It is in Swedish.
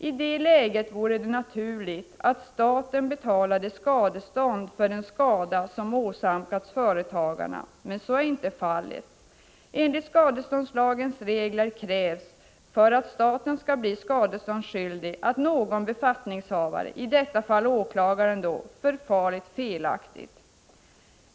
I det läget vore det naturligt att staten betalade skadestånd för den skada som åsamkats företagarna. Men så är inte fallet. Enligt skadeståndslagens regler krävs för att staten skall bli skadeståndsskyldig att någon befattningshavare —i detta fall åklagaren — förfarit felaktigt.